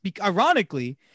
Ironically